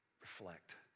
reflect